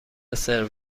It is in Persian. سرو